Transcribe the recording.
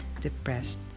depressed